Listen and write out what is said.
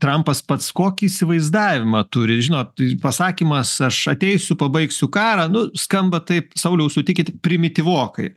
trampas pats kokį įsivaizdavimą turit žinot pasakymas aš ateisiu pabaigsiu karą nu skamba taip sauliau sutikit primityvokai